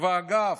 ואגב,